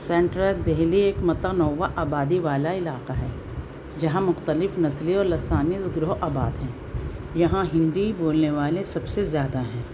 central Delhi ایک متنوع آبادی والا علاقہ ہے جہاں مختلف نسلی اور لسانی گروہ آباد ہیں یہاں ہندی بولنے والے سب سے زیادہ ہیں